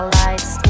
lights